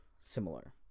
similar